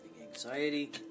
anxiety